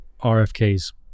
RFK's